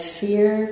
fear